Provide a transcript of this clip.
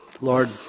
Lord